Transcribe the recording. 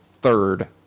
third